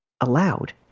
allowed